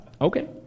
Okay